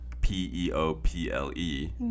p-e-o-p-l-e